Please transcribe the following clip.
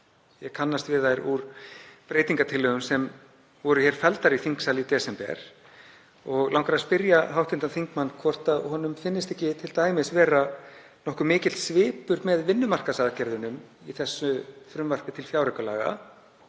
ég kannast við þær úr breytingartillögum sem felldar voru í þingsal í desember. Mig langar að spyrja hv. þingmann hvort honum finnist t.d. ekki vera nokkuð mikill svipur með vinnumarkaðsaðgerðum í þessu frumvarpi til fjáraukalaga,